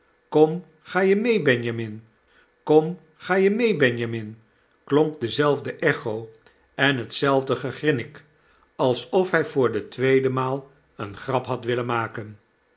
kom ga je mee benjamin kom ga je mee benjamin klonk dezelfde echo en hetzelfde gegrinnik alsof hjj voor de tweede maal een grap had willen maken